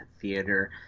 Theater